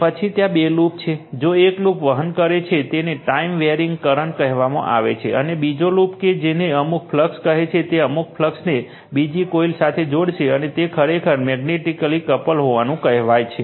પછી ત્યાં બે લૂપ છે જો એક લૂપ વહન કરે છે તેને ટાઈમ વેરિંગ કરંટ કહેવામાં આવે છે અને બીજો લૂપ કે જે અમુક ફ્લક્સ હશે તે અમુક ફ્લક્સને બીજી કોઇલ સાથે જોડશે અને તે ખરેખર મેગ્નેટિકલી કપલ્ડ હોવાનું કહેવાય છે